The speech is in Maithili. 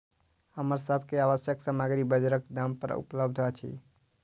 हमरा सभ के आवश्यक सामग्री बजारक दाम पर उपलबध अछि